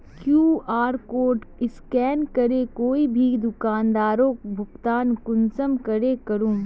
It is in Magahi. कियु.आर कोड स्कैन करे कोई भी दुकानदारोक भुगतान कुंसम करे करूम?